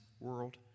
world